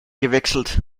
gewechselt